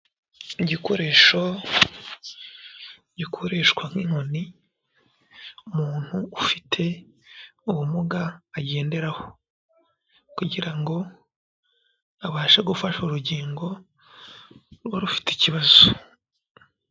Igikoresho gikoreshwa nk'inkoni umuntu ufite ubumuga agenderaho kugira ngo abashe gufasha urugingo ruba rufite ikibazo.